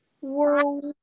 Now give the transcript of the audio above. world